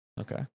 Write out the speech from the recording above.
Okay